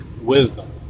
wisdom